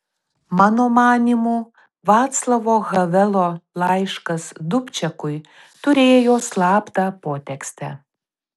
mano manymu vaclavo havelo laiškas dubčekui turėjo slaptą potekstę